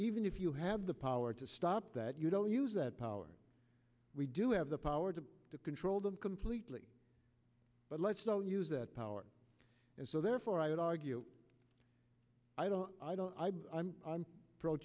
even if you have the power to stop that you don't use that power we do have the power to control them completely but let's not use that power and so therefore i would argue i don't i don't i i'm i'm pro